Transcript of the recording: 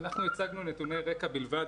אנחנו הצגנו נתוני רקע בלבד,